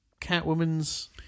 Catwoman's